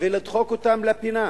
ולדחוק אותם לפינה?